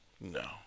No